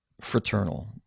fraternal